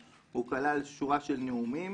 הוא כלל שורה של נאומים,